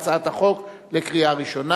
אני קובע שהצעת החוק עברה בקריאה טרומית,